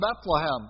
Bethlehem